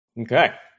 okay